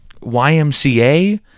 YMCA